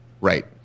Right